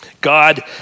God